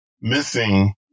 missing